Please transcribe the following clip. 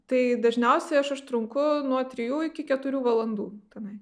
tai dažniausiai aš užtrunku nuo trijų iki keturių valandų tenai